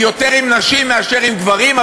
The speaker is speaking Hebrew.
יותר עם נשים מאשר עם גברים,